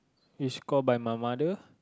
is call by my mother